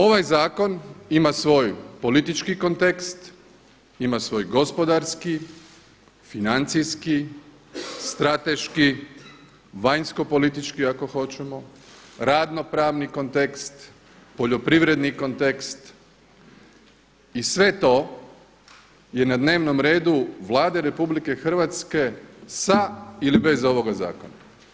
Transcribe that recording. Ovaj zakon ima svoj politički kontekst, ima svoj gospodarski, financijski, strateški, vanjskopolitički ako hoćemo, radno-pravni kontekst, poljoprivredni kontekst i sve to je na dnevnom redu Vlade RH sa ili bez ovoga zakona.